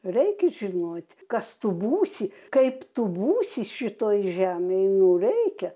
reikia žinoti kas tu būsi kaip tu būsi šitoj žemėj nu reikia